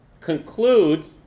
concludes